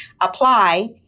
Apply